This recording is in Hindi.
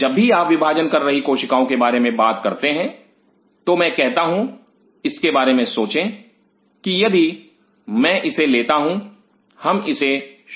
जब भी आप विभाजन कर रही कोशिकाओं के बारे में बात करते हैं तो मैं कहता हूँ इसके बारे में सोचे कि यदि मैं इसे लेता हूँ हम इसे शुरू करते हैं